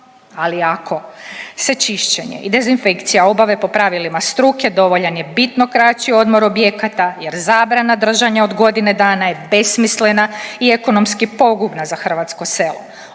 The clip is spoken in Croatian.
ali ako se čišćenje i dezinfekcija obave po pravilima struke dovoljan je bitno kraći odmor objekata jer zabrana držanja od godine dana je besmislena i ekonomski pogubna za hrvatsko selo.